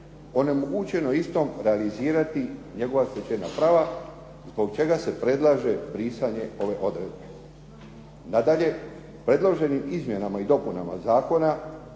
onemogućeno istom realizirati njegova stečena prava zbog čega se predlaže brisanje ove odredbe. Nadalje, predloženim izmjenama i dopunama zakona